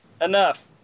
enough